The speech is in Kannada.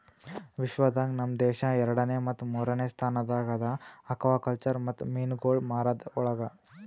ವಿಶ್ವ ದಾಗ್ ನಮ್ ದೇಶ ಎರಡನೇ ಮತ್ತ ಮೂರನೇ ಸ್ಥಾನದಾಗ್ ಅದಾ ಆಕ್ವಾಕಲ್ಚರ್ ಮತ್ತ ಮೀನುಗೊಳ್ ಮಾರದ್ ಒಳಗ್